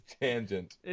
tangent